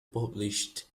published